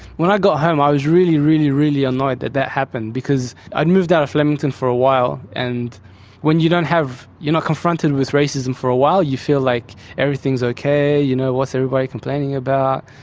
when i got home i was really, really, really annoyed that that happened, because i'd moved out of flemington for a while and when you don't have, you're not confronted with racism for a while, you feel like everything's ok, you know, what's everybody complaining about,